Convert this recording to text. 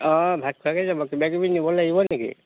অঁ ভাত খোৱাকৈ যাব কিবাকিবি নিব লাগিব নেকি